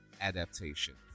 adaptation